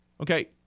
Okay